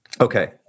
Okay